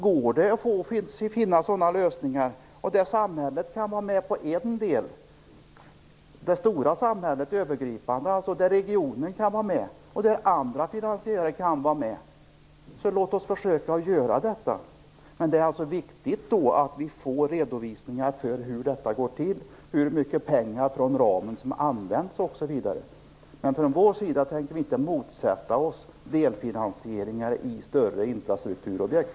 Går det att finna sådana lösningar där det stora övergripande samhället kan vara med på en del, där regionen kan vara med och där andra finansiärer kan vara med, så låt oss försöka att göra detta. Men det är viktigt att vi får redovisningar av hur detta går till, hur mycket pengar inom ramen som används. Från vår sida tänker vi inte motsätta oss delfinansieringar i större infrastrukturobjekt.